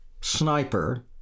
sniper